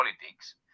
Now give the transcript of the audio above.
politics